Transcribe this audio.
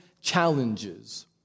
challenges